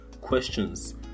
questions